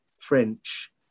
French